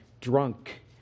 drunk